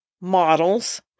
models